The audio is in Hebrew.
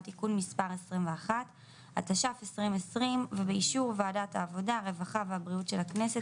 תיקון מספר 21 התש"פ-2020 ובאישור ועדת העבודה הרווחה והבריאות של הכנסת,